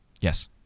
Yes